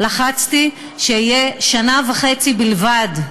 לחצתי שיהיה שנה וחצי בלבד,